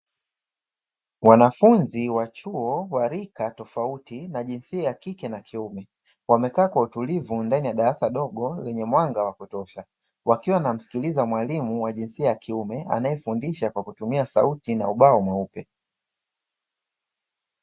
Wanafunzi wa chuo wa rika tofauti na jinsia ya kike na kiume, wamekaa kwa utulivu ndani ya darasa dogo lenye mwanga wa kutosha, wakiwa wanamsikiliza mwalimu wa jinsia ya kiume, anayefundisha kwa kutumia sauti na ubao mweupe.